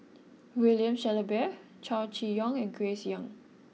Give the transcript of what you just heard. William Shellabear Chow Chee Yong and Grace Young